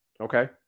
Okay